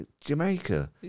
Jamaica